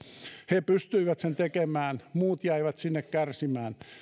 he pystyivät sen tekemään muut jäivät sinne kärsimään